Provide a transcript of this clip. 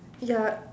ya